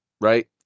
right